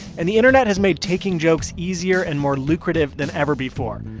and the internet has made taking jokes easier and more lucrative than ever before.